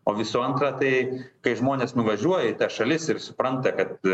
o visų antra tai kai žmonės nuvažiuoja į tas šalis ir supranta kad